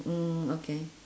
mm okay